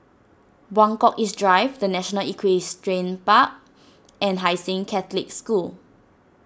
Buangkok East Drive the National Equestrian Park and Hai Sing Catholic School